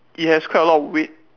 it has quite a lot of weight